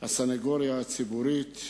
הסניגוריה הציבורית,